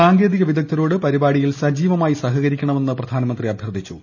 സാങ്കേതിക വിദഗ്ധരോട് പരിപാടിയിൽ സജീവമായി സഹകരിക്കണമെന്ന് പ്രധാനമന്ത്രി അഭൃർത്ഥിച്ചു